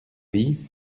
vie